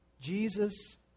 Jesus